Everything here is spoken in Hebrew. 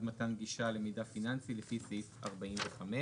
מתן גישה למידע פיננסי לפי סעיף 45."